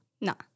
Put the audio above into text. no